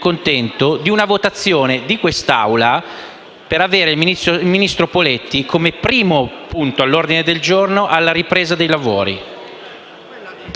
accontento di una votazione di quest'Assemblea per avere l'informativa del ministro Poletti come primo punto all'ordine del giorno alla ripresa dei lavori.